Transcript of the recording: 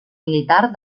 militar